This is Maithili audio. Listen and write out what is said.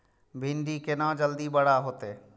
भिंडी केना जल्दी बड़ा होते?